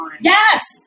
Yes